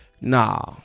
nah